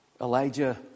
Elijah